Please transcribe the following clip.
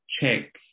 check